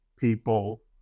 people